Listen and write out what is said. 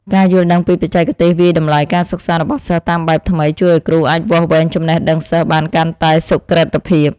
ការយល់ដឹងពីបច្ចេកទេសវាយតម្លៃការសិក្សារបស់សិស្សតាមបែបថ្មីជួយឱ្យគ្រូអាចវាស់វែងចំណេះដឹងសិស្សបានកាន់តែសុក្រឹតភាព។